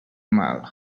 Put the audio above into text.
mal